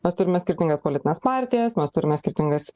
mes turime skirtingas politines partijas mes turime skirtingas